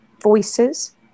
voices